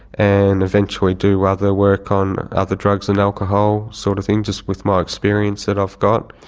and eventually do other work on other drugs and alcohol sort of things, just with my experience that i've got.